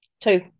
two